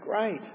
great